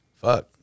Fuck